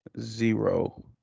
Zero